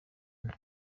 nte